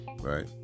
Right